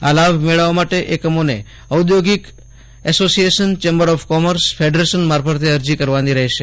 આ લાભ મેળવવા માટે એકમોએ ઔદ્યોગિક એસોસીએશનચેમ્બર એફ કોમર્સફેડરેશન મારફતે અરજી કરવાની રહેશે